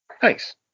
Thanks